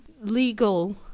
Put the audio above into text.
legal